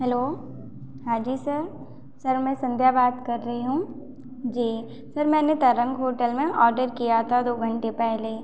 hello हाँ जी sir sir मैं संध्या बात कर रही हूँ जी सर मैंने तरंग होटल में ऑर्डर किया था दो घंटे पहले